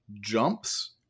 jumps